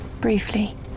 Briefly